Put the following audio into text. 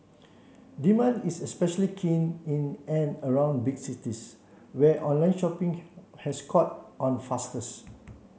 demand is especially keen in and around big cities where online shopping has caught on fastest